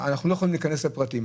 יכולים להיכנס לפרטים,